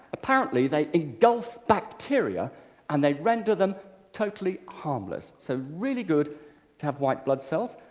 apparently they engulf bacteria and they render them totally harmless. so really good to have white blood cells.